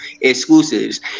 exclusives